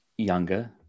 younger